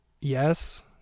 yes